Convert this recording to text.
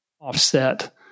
offset